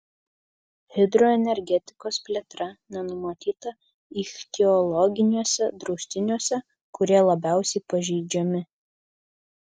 hidroenergetikos plėtra nenumatyta ichtiologiniuose draustiniuose kurie labiausiai pažeidžiami